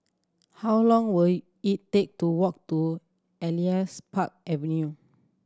how long will it take to walk to Elias Park Avenue